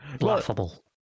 laughable